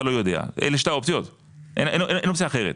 לא יודע אלה שתי האופציות אין אופציה אחרת,